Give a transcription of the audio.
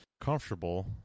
comfortable